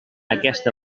aquesta